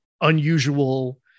unusual